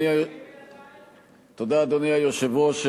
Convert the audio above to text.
אדוני היושב-ראש.